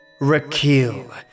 Raquel